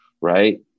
Right